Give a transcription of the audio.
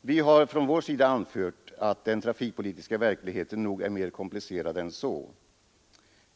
Vi har anfört att den trafikpolitiska verkligheten nog är mer komplicerad än så.